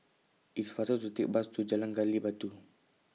IT IS faster to Take The Bus to Jalan Gali Batu